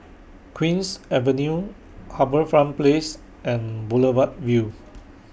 Queen's Avenue HarbourFront Place and Boulevard Vue